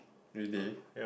really